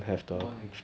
why